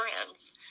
friends